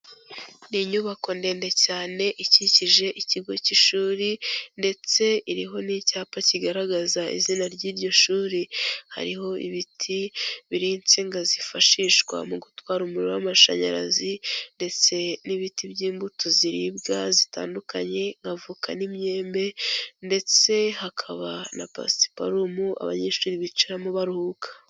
Ni inyubako ndende cyane ikikije ikigo cy'ishuri ndetse iriho n'icyapa kigaragaza izina ry'iryo shuri, hariho ibiti biri insinga zifashishwa mu gutwara umuriro w'amashanyarazi ndetse n'ibiti by'imbuto ziribwa zitandukanye, nka voka n'imyembe ndetse hakaba na pasiparumu abanyeshuri bicaramo baruhuka.